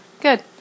Good